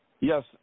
Yes